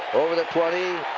over the twenty.